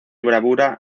bravura